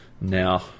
now